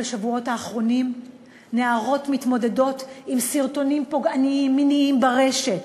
בשבועות האחרונים נערות מתמודדות עם סרטונים פוגעניים מיניים ברשת,